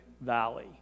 Valley